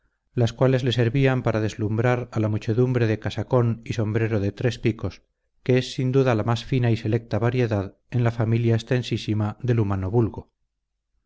las cuales le servían para deslumbrar a la muchedumbre de casacón y sombrero de tres picos que es sin duda la más fina y selecta variedad en la familia extensísima del humano vulgo